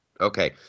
Okay